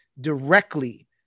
directly